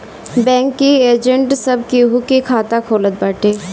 bank के agent सब केहू के खाता खोलत बाटे